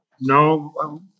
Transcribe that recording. No